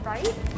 Right